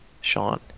Sean